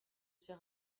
ses